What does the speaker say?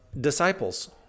disciples